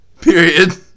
period